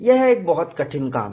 यह एक बहुत कठिन काम है